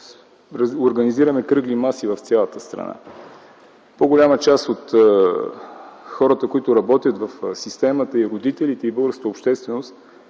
организираме кръгли маси в цялата страна. По-голяма част от хората, които работят в системата – и родителите, и българската общественост,